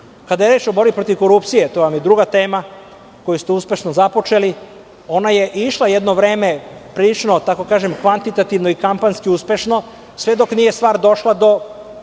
je reč o borbi protiv korupcije, to je druga tema koju ste uspešno započeli. Ona je išla jedno vreme prilično kvantitativno i kampanjski uspešno, sve dok nije stvar došla do